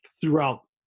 throughout